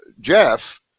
Jeff